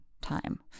time